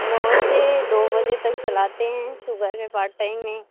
नौ से दो बजे तक चलाते हैं सुबह में पार्ट टाइम में